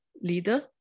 Leader